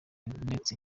ndetse